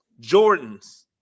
Jordans